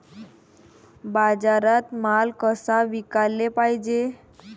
बाजारात माल कसा विकाले पायजे?